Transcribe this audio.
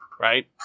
Right